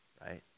right